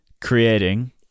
creating